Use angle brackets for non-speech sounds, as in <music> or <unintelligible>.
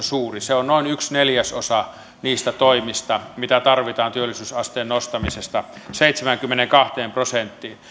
<unintelligible> suuri se on noin yksi neljäsosa niistä toimista mitä tarvitaan työllisyysasteen nostamiseksi seitsemäänkymmeneenkahteen prosenttiin